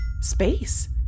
space